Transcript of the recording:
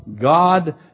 God